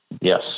yes